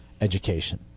education